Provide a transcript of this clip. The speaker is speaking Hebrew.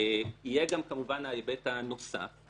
יהיה גם כמובן ההיבט הנוסף,